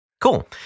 Cool